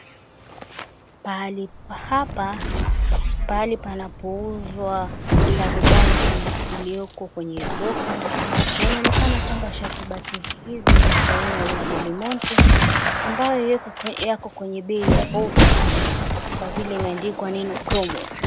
Pahali hapa ni pahali panapouzwa sharubati iliyoko kwenye boxi na inaonekana kwamba sharubati hizi ni za aina ya delmonte ambayo yako kwa bei ya ofa kwa vile imeandikwa neno promo.